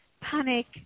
panic